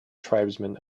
tribesmen